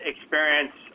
experience